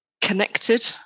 connected